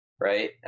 right